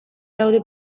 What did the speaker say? daude